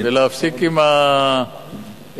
ולהפסיק עם ההתמשכות